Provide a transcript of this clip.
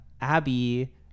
Abby